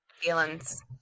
Feelings